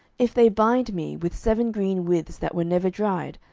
if they bind me with seven green withs that were never dried,